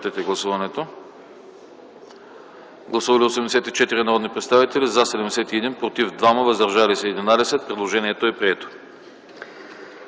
Предложението е прието.